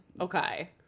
Okay